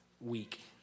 week